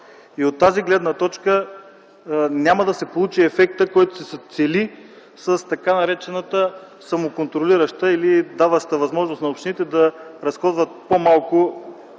От тази гледна точка няма да се получи ефекта, който се цели с така наречената самоконтролираща или даваща възможност на общините да депонират по-малко